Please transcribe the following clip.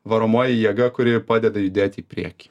varomoji jėga kuri padeda judėti į priekį